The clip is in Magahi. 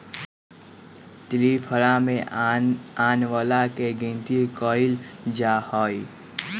त्रिफला में आंवला के गिनती कइल जाहई